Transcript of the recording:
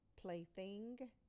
Plaything